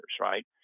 right